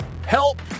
Help